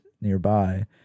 nearby